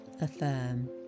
Affirm